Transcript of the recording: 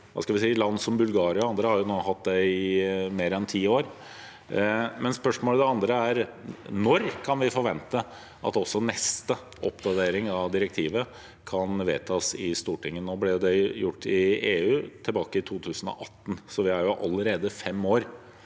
Land som Bulgaria og andre har nå hatt det i mer enn ti år. Mitt andre spørsmål er: Når kan vi forvente at også neste oppdatering av direktivet kan vedtas i Stortinget? Det ble gjort i EU tilbake i 2018, så vi er allerede fem år